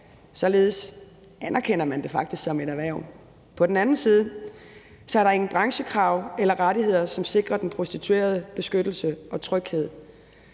således anerkender man det faktisk som et erhverv – men på den anden side er der ingen branchekrav eller rettigheder, som sikrer den prostituerede beskyttelse og tryghed.